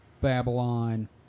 Babylon